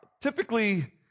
Typically